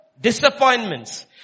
disappointments